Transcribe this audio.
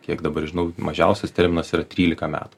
kiek dabar žinau mažiausias terminas yra trylika metų